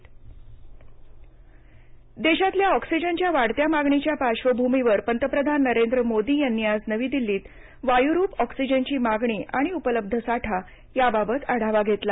पंतप्रधान ऑक्सिजन देशातल्या ऑक्सिजनच्या वाढत्या मागणीच्या पार्बंभूमीवर पंतप्रधान नरेंद्र मोदी यांनी आज नवी दिल्लीत वायुरूप ऑक्सिजनची मागणी आणि उपलब्ध साठा याबाबत आढावा घेतला